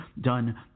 done